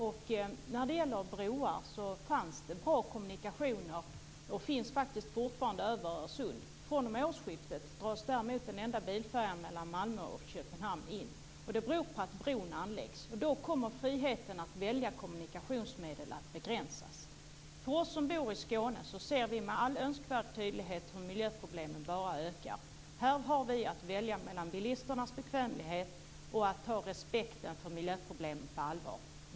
Det fanns, och finns faktiskt fortfarande, bra kommunikationer över Öresund, men fr.o.m. årsskiftet dras den enda bilfärjan mellan Malmö och Köpenhamn in. Det beror på att bron anläggs. Då kommer friheten att välja kommunikationsmedel att begränsas. Vi som bor i Skåne ser med all önskvärd tydlighet hur miljöproblemen bara ökar. Här har vi att välja mellan bilisternas bekvämlighet och att ta miljöproblemen på allvar.